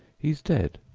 he's dead,